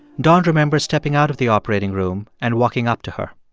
don remembers stepping out of the operating room and walking up to her.